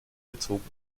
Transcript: gezogen